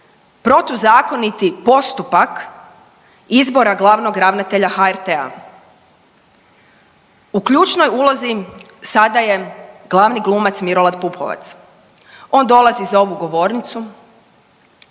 protuzakoniti postupak izbora glavnog ravnatelja HRT-a u ključnoj ulozi sada je glavni glumac Milorad Pupovac on dolazi za ovu govornicu